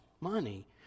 money